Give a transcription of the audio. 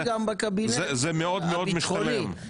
הייתי בקבינט הבטחוני,